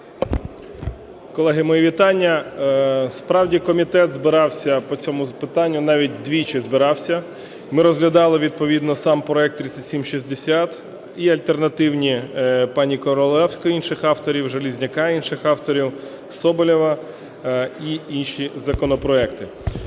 Колеги, мої вітання! Справді, комітет збирався по цьому питанню, навіть двічі збирався. Ми розглядали відповідно сам проект 3760 і альтернативні – пані Королевської і інших авторів, Железняка і інших авторів, Соболєва і інші законопроекти.